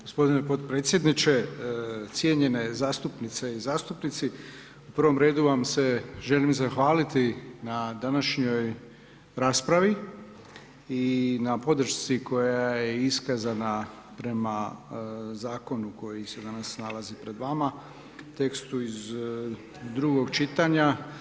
Gospodine podpredsjedniče, cijenjene zastupnice i zastupnici u prvom redu vam se želim zahvaliti na današnjoj raspravi i na podršci koja je iskazana prema zakonu koji se danas nalazi pred vama, tekstu iz drugog čitanja.